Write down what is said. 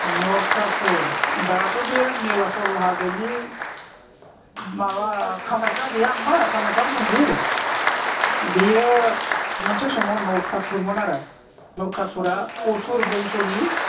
नरखासुर दाथ' बे निलाचल हाजोनि माबा कामाख्या गैया होनबा कामाख्या मन्दिर बेयो मोनसे समाव नरखासुरमोन आरो नरखासुरा असुर बंस'नि